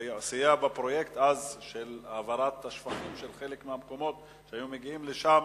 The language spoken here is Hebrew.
הוא סייע אז בפרויקט של העברת השפכים של חלק מהמקומות שהיו מגיעים לשם.